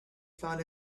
found